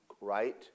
Right